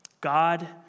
God